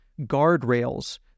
guardrails